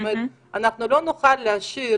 אנחנו לא נוכל להשאיר